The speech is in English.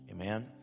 Amen